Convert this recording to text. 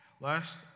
Last